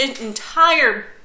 entire